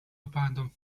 abandon